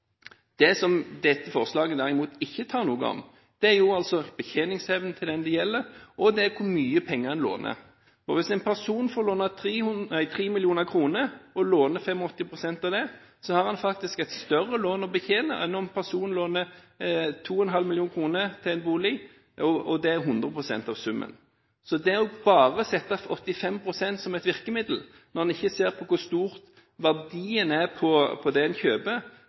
Det som dette forslaget derimot ikke har noe om, er betjeningsevnen til dem det gjelder, og hvor mye penger en låner. Hvis en person får låne 85 pst. av 3 mill. kr, har en faktisk et større lån å betjene enn om personen låner 2,5 mill. kr til en bolig og det er 100 pst. av summen. Så bare det å sette 85 pst. som et virkemiddel, når en ikke ser på hvor stor verdien på det en kjøper, er,